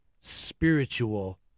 spiritual